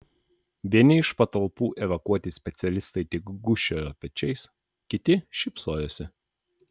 vieni iš patalpų evakuoti specialistai tik gūžčiojo pečiais kiti šypsojosi